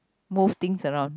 move things around